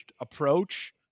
approach